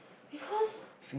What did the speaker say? because